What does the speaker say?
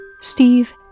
Steve